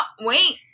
wait